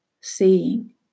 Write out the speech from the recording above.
seeing